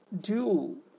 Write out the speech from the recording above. due